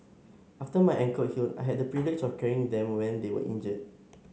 after my ankle healed I had the privilege of carrying them when they were injured